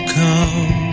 come